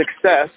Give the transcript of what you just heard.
success